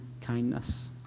kindness